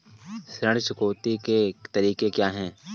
ऋण चुकौती के तरीके क्या हैं?